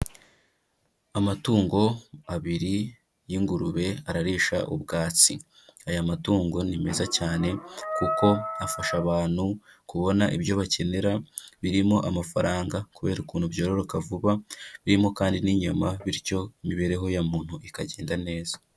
Amatungo abiri y'ingurube ararisha ubwatsi, aya matungo ni meza cyane kuko afasha abantu kubona ibyo bakenera birimo amafaranga kubera ukuntu byororoka vuba birimo kandi n'inyama bityo imibereho ya muntu ikagenda neza.